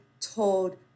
told